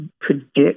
predict